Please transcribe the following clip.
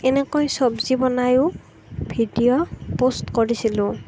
এনেকৈ চবজি বনায়ো ভিডিঅ' পষ্ট কৰিছিলো